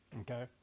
okay